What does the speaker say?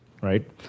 Right